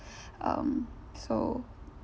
um so